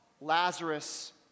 Lazarus